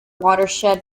watershed